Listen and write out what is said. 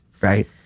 Right